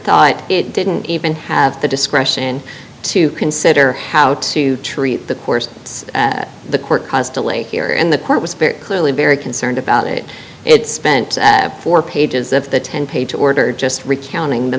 thought it didn't even have the discretion to consider how to treat the course the court caused delay here in the court was clearly very concerned about it it spent four pages of the ten page order just recounting the